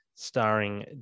Starring